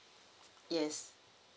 yes